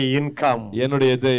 income